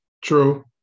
True